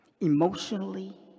emotionally